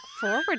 forward